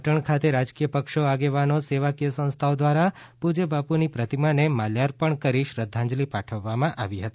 પાટણ ખાતે રાજકીય પક્ષો આગેવાનો સેવાકીય સંસ્થાઓ દ્વારા પૂજ્ય બાપુની પ્રતિમાને માલ્યાર્પણ કરી શ્રદ્ધાંજલિ પાઠવવામાં આવી હતી